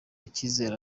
icyizere